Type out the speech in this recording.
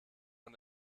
von